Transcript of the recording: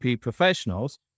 professionals